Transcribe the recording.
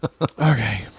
Okay